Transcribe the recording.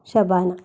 Shabana